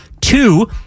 Two